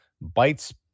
bites